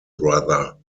brother